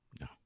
No